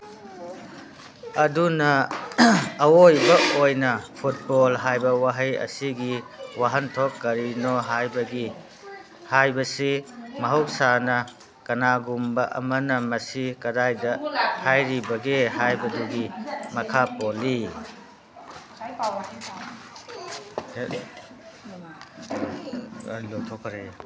ꯑꯗꯨꯅ ꯑꯌꯣꯏꯕ ꯑꯣꯏꯅ ꯐꯨꯠꯕꯣꯜ ꯍꯥꯏꯕ ꯋꯥꯍꯩ ꯑꯁꯤꯒꯤ ꯋꯥꯍꯟꯊꯣꯛ ꯀꯔꯤꯅꯣ ꯍꯥꯏꯕꯁꯤ ꯃꯍꯧꯁꯥꯅ ꯀꯅꯥꯒꯨꯝꯕ ꯑꯃꯅ ꯃꯁꯤ ꯀꯔꯥꯏꯗ ꯍꯥꯏꯔꯤꯕꯒꯦ ꯍꯥꯏꯕꯗꯨꯒꯤ ꯃꯈꯥ ꯄꯣꯜꯂꯤ